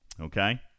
Okay